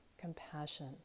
compassion